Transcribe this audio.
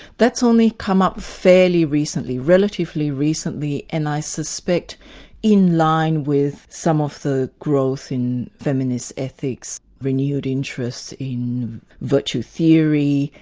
that's only come up fairly recently, relatively recently, and i suspect in line with some of the growth in feminist ethics, renewed interest in virtue theory,